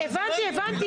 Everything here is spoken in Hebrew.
הבנתי.